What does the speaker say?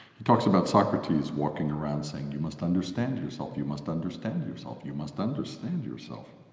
he talks about socrates walking around saying, you must understand yourself! you must understand yourself! you must understand yourself!